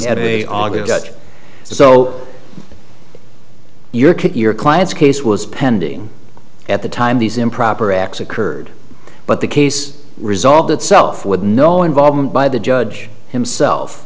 at a august so your kid your client's case was pending at the time these improper acts occurred but the case resolved itself with no involvement by the judge himself